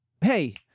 hey